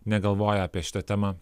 negalvoja apie šitą temą